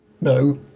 No